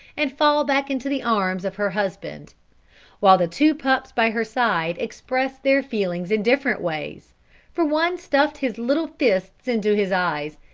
and fall back into the arms of her husband while the two pups by her side expressed their feelings in different ways for one stuffed his little fists into his eyes,